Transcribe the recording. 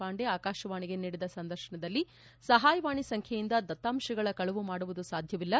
ಪಾಂಡೆ ಆಕಾಶವಾಣಿಗೆ ನೀಡಿದ ಸಂದರ್ಶನದಲ್ಲಿ ಸಹಾಯವಾಣಿ ಸಂಖ್ಯೆಯಿಂದ ದತ್ತಾಂಶಗಳ ಕಳವು ಮಾಡುವುದು ಸಾಧ್ಯವಿಲ್ಲ